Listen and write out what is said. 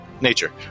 nature